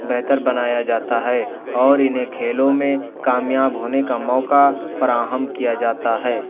بہتر بنایا جاتا ہے اور انہیں کھیلوں میں کامیاب ہونے کا موقع فراہم کیا جاتا ہے